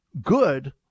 good